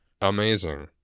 amazing